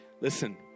listen